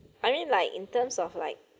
I mean like in terms of like